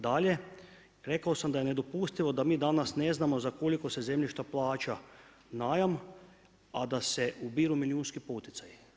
Dalje, rekao sam da je nedopustivo da mi danas ne znamo za koliko se zemljišta plaća najam, a da se ubiru milijunski poticaji.